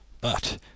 But